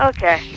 Okay